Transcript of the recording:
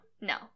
no